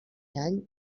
any